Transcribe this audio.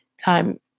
time